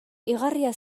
igarria